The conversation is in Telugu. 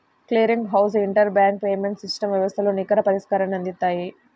clearing house inter bank payments system వ్యవస్థలు నికర పరిష్కారాన్ని అందిత్తాయి